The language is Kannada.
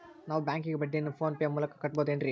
ನಾವು ಬ್ಯಾಂಕಿಗೆ ಬಡ್ಡಿಯನ್ನು ಫೋನ್ ಪೇ ಮೂಲಕ ಕಟ್ಟಬಹುದೇನ್ರಿ?